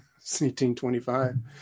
1825